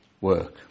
Work